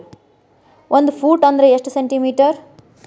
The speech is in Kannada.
ಒಂದು ಫೂಟ್ ಅಂದ್ರ ಎಷ್ಟು ಸೆಂಟಿ ಮೇಟರ್?